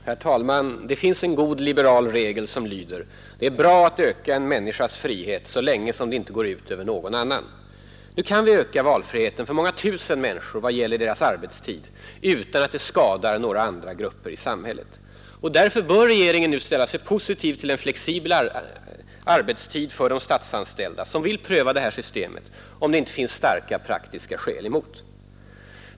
Herr talman! Det finns en god liberal regel som lyder: Det är bra att öka en människas frihet så länge som det inte går ut över någon annan. Nu kan vi öka valfriheten för många tusen människor i vad gäller deras arbetstid utan att det skadar några andra grupper i samhället. Därför bör regeringen nu ställa sig positiv till flexibel arbetstid för de statsanställda som vill pröva det här systemet, om det inte finns starka praktiska skäl emot.